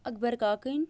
اَکبر کاکٕنۍ